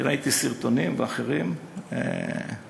ראיתי סרטונים ודברים אחרים,